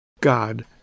God